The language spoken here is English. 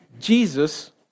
Jesus